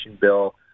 bill